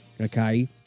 Okay